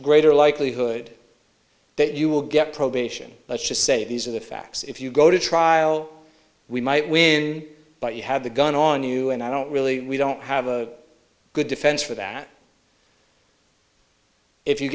greater likelihood that you will get probation lets just say these are the facts if you go to trial we might win but you have the gun on you and i don't really we don't have a good defense for that if you